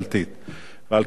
ועל כך אני מצר.